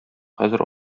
хәзер